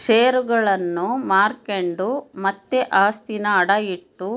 ಷೇರುಗುಳ್ನ ಮಾರ್ಕೆಂಡು ಮತ್ತೆ ಆಸ್ತಿನ ಅಡ ಇಟ್ಟು